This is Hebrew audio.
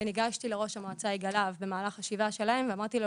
וניגשתי לראש המועצה יגאל להב במהלך השבעה שלהם ואמרתי לו